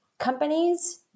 Companies